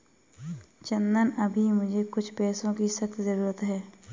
चंदन अभी मुझे कुछ पैसों की सख्त जरूरत है